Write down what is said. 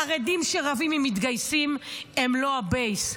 חרדים שרבים עם מתגייסים הם לא הבייס,